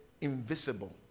invisible